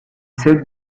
celle